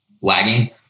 lagging